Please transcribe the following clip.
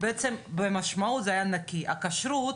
בעצם במשמעות זה היה נקי, הכשרות,